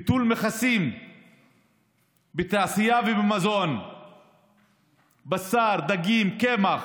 ביטול מכסים בתעשייה ובמזון בשר, דגים, קמח,